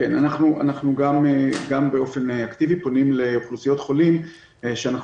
אנחנו גם באופן אקטיבי פונים לאוכלוסיות חולים שאנחנו